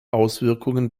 auswirkungen